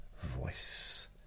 voice